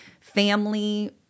family